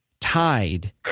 tied